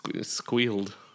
squealed